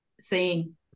seeing